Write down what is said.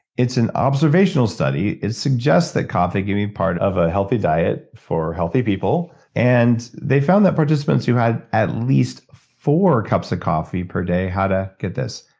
it's an observational study. it suggests that coffee can be part of a healthy diet for healthy people, and they found that participants who had at least four cups of coffee per day had a, get this,